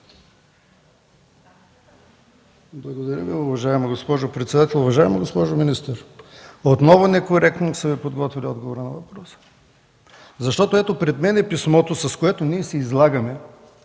Благодаря Ви, уважаема госпожо председател. Уважаема госпожо министър, отново некоректно са Ви подготвили отговора на въпроса. Пред мен е писмото, с което ние се излагаме,